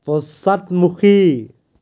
পশ্চাদমুখী